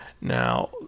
Now